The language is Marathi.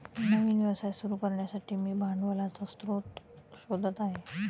नवीन व्यवसाय सुरू करण्यासाठी मी भांडवलाचा स्रोत शोधत आहे